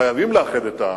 חייבים לאחד את העם,